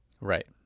right